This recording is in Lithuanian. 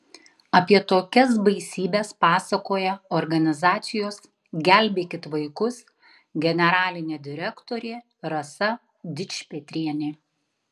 apie tokias baisybes pasakoja organizacijos gelbėkit vaikus generalinė direktorė rasa dičpetrienė